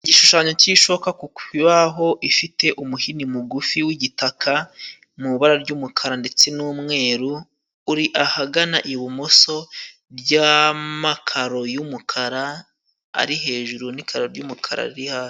Igishushanyo cy'ishoka ku bibaho ifite umuhini mugufi w'igitaka, mu bara ry'umukara ndetse n'umweru uri ahagana ibumoso ry'amakaro y'umukara ari hejuru n'ikaro ry'umukara riri hasi.